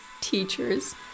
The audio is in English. teachers